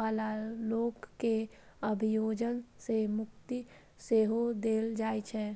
बला लोक कें अभियोजन सं मुक्ति सेहो देल जाइ छै